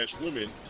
women